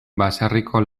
baserriko